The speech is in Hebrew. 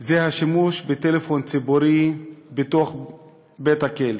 והשימוש בטלפון ציבורי בתוך בית-הכלא.